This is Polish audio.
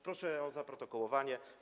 Proszę o zaprotokołowanie.